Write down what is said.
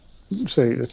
say